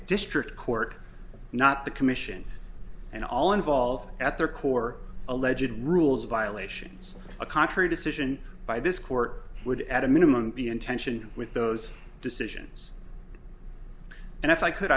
district court not the commission and all involved at their core allegedly rules violations a contrary decision by this court would at a minimum be in tension with those decisions and if i could